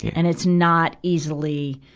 and it's not easily,